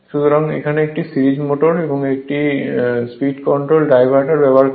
সুতরাং একটি series motor এই স্পীড কন্ট্রোল ডাইভার্টার ব্যবহার করে